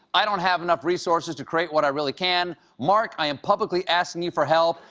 i don't have enough resources to create what i really can. mark, i am publicly asking you for help,